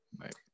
right